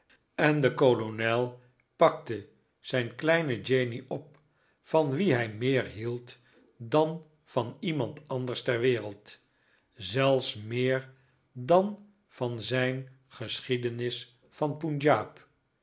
en de kolonel pakte zijn kleine janey op van wie hij meer hield dan van iemand anders ter wereld zelfs meer dan van zijn geschiedenis van punjab